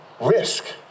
risk